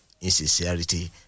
insincerity